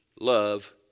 love